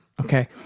okay